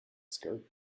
skirt